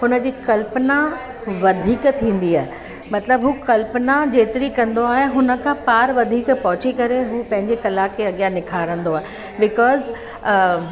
हुन जी कल्पना वधीक थींदी आहे मतिलबु हू कल्पना जेतिरी कंदो आहे हुन खां पार वधीक पहुची करे हू पंहिंजी कला खे अॻियां निखारंदो आहे बिकॉस